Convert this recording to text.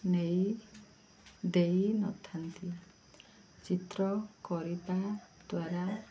ନେଇ ଦେଇ ନଥାନ୍ତି ଚିତ୍ର କରିବା ଦ୍ୱାରା